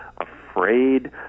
afraid